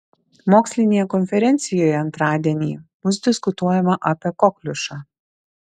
mokslinėje konferencijoje antradienį bus diskutuojama apie kokliušą